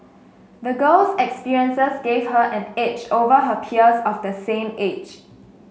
the girl's experiences gave her an edge over her peers of the same age